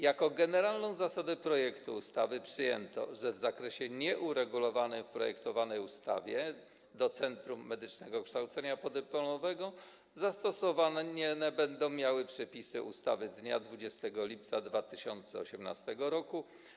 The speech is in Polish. Jako generalną zasadę projektu ustawy przyjęto, że w zakresie nieuregulowanym w projektowanej ustawie do Centrum Medycznego Kształcenia Podyplomowego zastosowanie będą miały przepisy ustawy z dnia 20 lipca 2018 r.